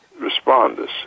responders